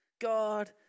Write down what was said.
God